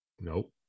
Nope